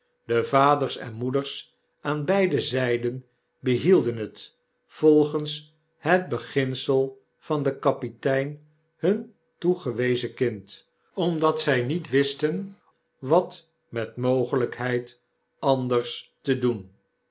de vaders en moeders aan beide zijden behielden het volgens het beginsel van den kapitein hun toegewezen kind omdat zij niet wisten wat met mogelijkheid anders te doen